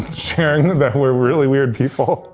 sharing that we're really weird people.